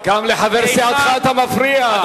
גם לחבר סיעתך אתה מפריע?